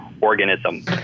organism